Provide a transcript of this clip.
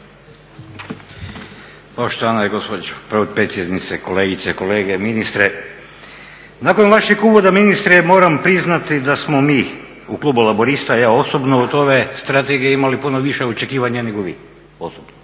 Poštovana gospođo potpredsjednice, kolegice i kolege, ministre. Nakon vašeg uvoda, ministre, moram priznati da smo mi u klubu Laburista, ja osobno, od ove strategije imali puno viša očekivanja nego vi osobno.